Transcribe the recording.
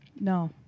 No